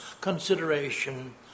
consideration